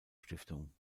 stiftung